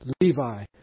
Levi